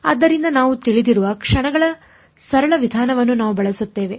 ಆದ್ದರಿಂದ ನಾವು ತಿಳಿದಿರುವ ಕ್ಷಣಗಳ ಸರಳ ವಿಧಾನವನ್ನು ನಾವು ಬಳಸುತ್ತೇವೆ